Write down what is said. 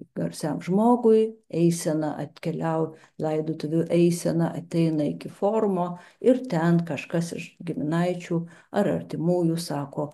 garsiam žmogui eisena atkeliaut laidotuvių eisena ateina iki forumo ir ten kažkas iš giminaičių ar artimųjų sako